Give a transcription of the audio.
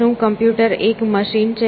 શું કમ્પ્યુટર એક મશીન છે